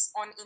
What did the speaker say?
on